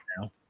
now